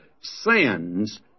sins